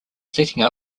setting